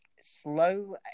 slow